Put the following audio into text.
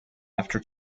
after